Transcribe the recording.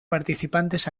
participantes